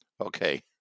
Okay